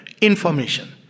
information